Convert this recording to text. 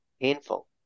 painful